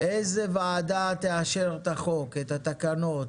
איזה ועדה תאשר את החוק, את התקנות?